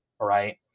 right